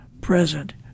present